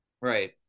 Right